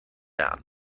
out